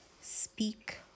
speak